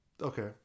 Okay